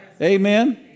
Amen